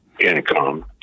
income